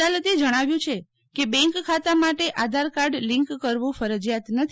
અદાલતે જજ્ઞાવ્યું છે કે બેંક ખાતા માટે આધાર કાર્ડ લીંક કરવું ફરજીયાત નથી